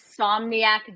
insomniac